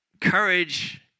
courage